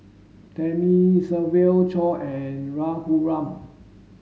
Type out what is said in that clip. Thamizhavel Choor and Raghuram